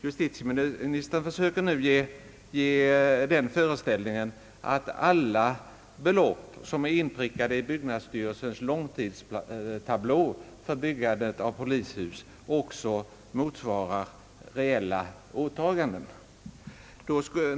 Justitieminstern försöker nu ge den föreställningen att alla belopp som är inprickade i byggnadsstyrelsens långtidstablå för byggandet av polishus också motsvarar reella åtaganden.